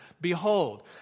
behold